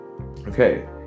okay